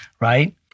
Right